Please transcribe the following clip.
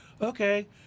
Okay